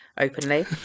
openly